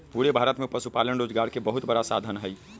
पूरे भारत में पशुपालन रोजगार के बहुत बड़ा साधन हई